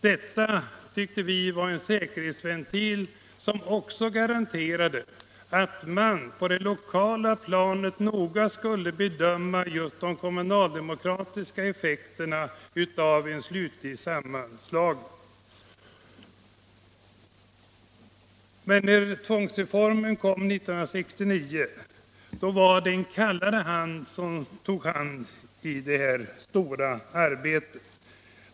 Detta tyckte vi var en säkerhetsventil, som också garanterade att man på det lokala planet noga skulle bedöma just de kommunaldemokratiska effekterna av en slutlig sammanslagning. Men när tvångsreformen kom 1969 var det en kallare hand som tog tag i det här stora arbetet.